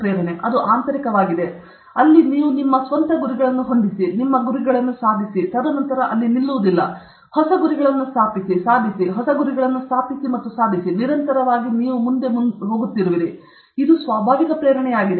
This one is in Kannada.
ಅತ್ಯಂತ ಕಷ್ಟಕರ ಮತ್ತು ಹೆಚ್ಚು ಮತ್ತು ಹೆಚ್ಚು ಮುಖ್ಯವಾದದ್ದು ಮೂಲತಃ ಮೂಲಭೂತ ಪ್ರೇರಣೆಯಾಗಿದ್ದು ಅಲ್ಲಿ ನೀವು ನಿಮ್ಮ ಸ್ವಂತ ಗುರಿಗಳನ್ನು ಹೊಂದಿಸಿ ನಿಮ್ಮ ಗುರಿಗಳನ್ನು ಸಾಧಿಸಿ ನಂತರ ಅಲ್ಲಿ ನಿಲ್ಲುವುದಿಲ್ಲ ತದನಂತರ ಅಲ್ಲಿ ನಿಲ್ಲುವುದಿಲ್ಲ ಹೊಸ ಗುರಿಗಳನ್ನು ಸ್ಥಾಪಿಸಿ ಸಾಧಿಸಿ ಹೊಸ ಗುರಿಗಳನ್ನು ಸ್ಥಾಪಿಸಿ ಮತ್ತು ಸಾಧಿಸಿ ಮತ್ತು ನಿರಂತರವಾಗಿ ನೀವು ಮುಂದೆ ಮುಂದೂಡುತ್ತಿರುವಿರಿ ಇದು ಸ್ವಾಭಾವಿಕ ಪ್ರೇರಣೆಯಾಗಿದೆ